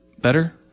better